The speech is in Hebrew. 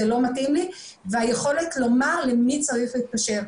זה לא מתאים לי והיכולת לומר למי צריך להתקשר.